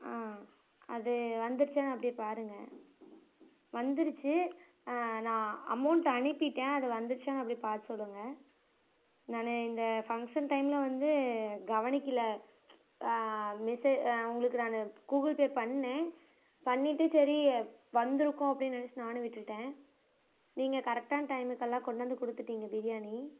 ஆ அது வந்துருச்சானு அப்படியே பாருங்கள் வந்துருச்சு நான் அமௌண்ட் அனுப்பிவிட்டேன் அது வந்துருச்சானு அப்படியே பார்த்து சொல்லுங்கள் நான் இந்த ஃபங்சன் டைமில் வந்து கவனிக்கலை உங்களுக்கு நான் கூகுள் பே பண்ணேன் பண்ணிட்டு சரி வந்துருக்கும் அப்படின் நினச்சிட்டு நான் விட்டுவிட்டேன் நீங்கள் கரெக்டான டையமுக்கெலாம் கொண்டு வந்து கொடுத்துட்டிங்க பிரியாணி